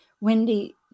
Wendy